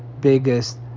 biggest